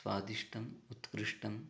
स्वादिष्टम् उत्कृष्टम्